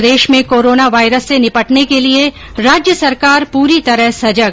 प्रदेश में corona virus से निपटने के लिए राज्य सरकार पूरी तरह सजग